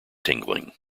tingling